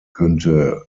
könnte